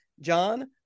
John